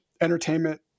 entertainment